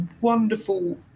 Wonderful